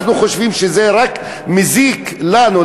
אנחנו חושבים שזה רק מזיק לנו,